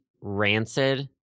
rancid